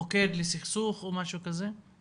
מוקד לסכסוך או משהו כזה?